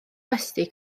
westy